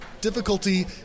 difficulty